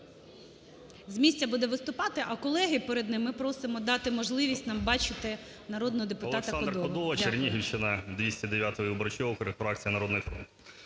З місця буде виступати, а колег перед ним ми просимо дати можливість нам бачити народного депутата Кодолу.